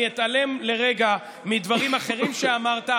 אני אתעלם לרגע מדברים אחרים שאמרת,